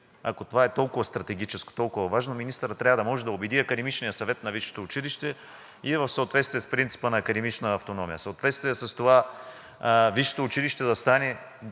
ако това е толкова стратегическо, толкова важно, министърът трябва да може да убеди академичния съвет на висшето училище и в съответствие с принципа на академична автономия, и в съответствие с това висшето училище да стане